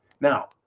Now